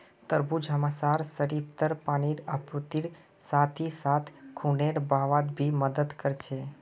तरबूज हमसार शरीरत पानीर आपूर्तिर साथ ही साथ खूनेर बहावत भी मदद कर छे